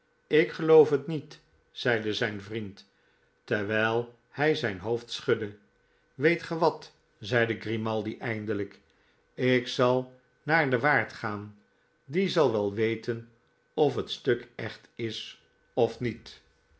was ikgeloof het niet zeide zijn vriend terwijl hij zijn hoofd schudde weet ge wat zeide grimaldi eindelijk ik zal naar den waard gaan die zal wel weten of het stuk echt is of niet